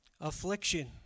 Affliction